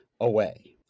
away